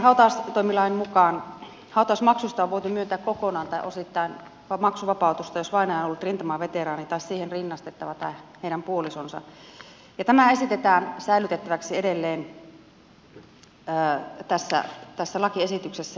hautaustoimilain mukaan hautausmaksusta on voitu myöntää kokonaan tai osittain maksuvapautusta jos vainaja on ollut rintamaveteraani tai siihen rinnastettava tai hänen puolisonsa ja tämä esitetään säilytettäväksi edelleen tässä lakiesityksessä